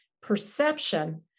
perception